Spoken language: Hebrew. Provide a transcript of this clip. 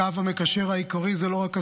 הקו המקשר העיקרי זה לא רק הסבל,